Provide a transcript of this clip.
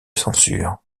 censure